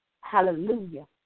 Hallelujah